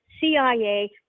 CIA